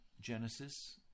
Genesis